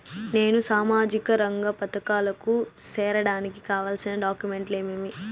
నేను సామాజిక రంగ పథకాలకు సేరడానికి కావాల్సిన డాక్యుమెంట్లు ఏమేమీ?